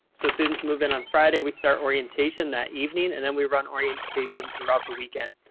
so students move in on friday. we start orientation that evening, and then we run orientation throughout the weekend.